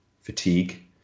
fatigue